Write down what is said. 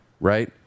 Right